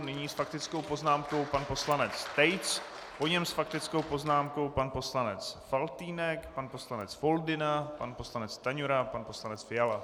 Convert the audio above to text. Nyní s faktickou poznámkou pan poslanec Tejc, po něm s faktickou poznámkou pan poslanec Faltýnek, pan poslanec Foldyna, pan poslanec Stanjura, pan poslanec Fiala.